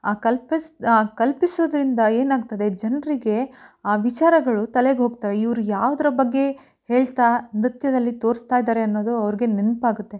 ಆ ಕಲ್ಪಿಸಿದ ಆ ಕಲ್ಪಿಸೋದರಿಂದ ಏನಾಗ್ತದೆ ಜನರಿಗೆ ಆ ವಿಚಾರಗಳು ತಲೆಗೆ ಹೋಗ್ತವೆ ಇವರು ಯಾವುದ್ರ ಬಗ್ಗೆ ಹೇಳ್ತಾ ನೃತ್ಯದಲ್ಲಿ ತೋರಿಸ್ತಾಯಿದ್ದಾರೆ ಅನ್ನೋದು ಅವರಿಗೆ ನೆನ್ಪು ಆಗುತ್ತೆ